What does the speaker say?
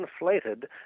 inflated